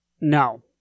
No